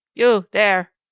you, there!